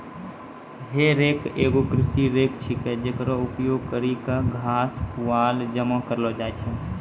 हे रेक एगो कृषि रेक छिकै, जेकरो उपयोग करि क घास, पुआल जमा करलो जाय छै